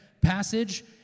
passage